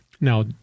Now